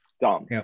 dumb